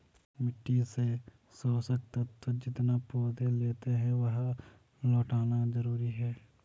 मिट्टी से पोषक तत्व जितना पौधे लेते है, वह लौटाना जरूरी है